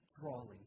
drawing